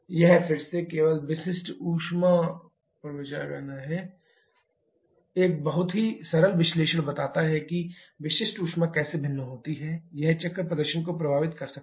यह फिर से केवल विशिष्ट ऊष्मा पर विचार कर रहा है एक बहुत ही सरल विश्लेषण बताता है कि विशिष्ट ऊष्मा कैसे भिन्न होती है यह चक्र प्रदर्शन को प्रभावित कर सकती है